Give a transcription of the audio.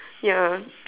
ya